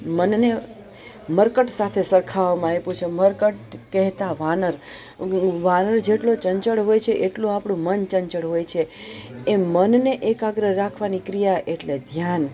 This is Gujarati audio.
મનને મરકટ સાથે સરખાવામાં આયપું છે મરકટ કહેતા વાનર વાનર જેટલો ચંચળ હોય છે એટલું આપણું મન ચંચળ હોય છે એમ મનને એકાગ્ર રાખવાની ક્રિયા એટલે ધ્યાન